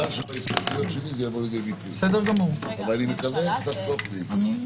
הישיבה ננעלה בשעה 13:51.